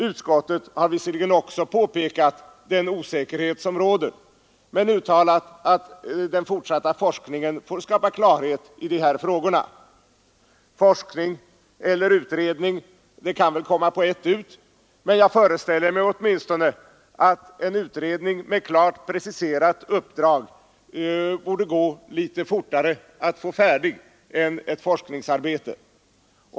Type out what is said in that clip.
Utskottet har visserligen också påpekat den osäkerhet i fråga om binas roll som råder men uttalat att den fortsatta forskningen får skapa klarhet härutinnan. Forskning eller utredning kan väl komma på ett ut, men jag föreställer mig åtminstone att det borde gå litet fortare att få färdig en utredning med klart preciserat uppdrag än ett forskningsarbete.